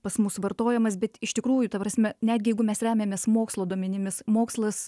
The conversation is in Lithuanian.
pas mus vartojamas bet iš tikrųjų ta prasme netgi jeigu mes remiamės mokslo duomenimis mokslas